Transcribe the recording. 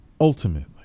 ultimately